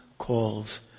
Calls